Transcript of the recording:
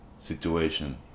situation